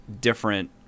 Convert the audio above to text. different